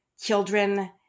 children